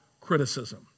criticism